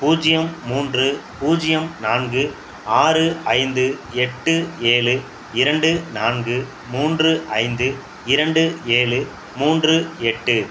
பூஜ்ஜியம் மூன்று பூஜ்ஜியம் நான்கு ஆறு ஐந்து எட்டு ஏழு இரண்டு நான்கு மூன்று ஐந்து இரண்டு ஏழு மூன்று எட்டு